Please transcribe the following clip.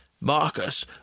Marcus